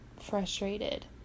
frustrated